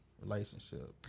relationship